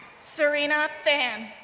serena fan,